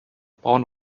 braun